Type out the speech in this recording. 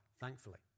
thankfully